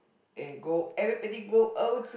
and go everybody grow old to